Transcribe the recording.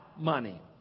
money